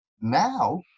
Now